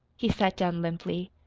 he sat down limply.